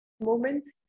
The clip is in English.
moments